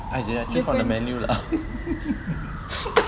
different